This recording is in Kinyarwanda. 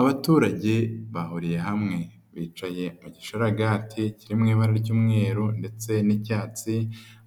Abaturage bahuriye hamwe bicaye mu gishoragate kiri mu ibara ry'umweru ndetse n'icyatsi,